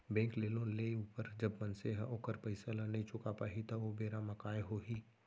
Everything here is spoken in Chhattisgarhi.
बेंक ले लोन लेय ऊपर जब मनसे ह ओखर पइसा ल नइ चुका पाही त ओ बेरा म काय होही